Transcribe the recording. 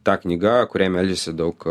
ta knyga kuriai meldžiasi daug